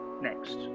next